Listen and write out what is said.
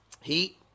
heat